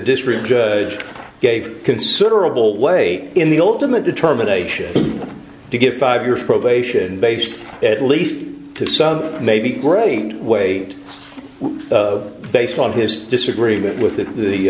district judge gave considerable weight in the ultimate determination to get five years probation based at least to some maybe great weight based on his disagreement with that the